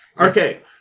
Okay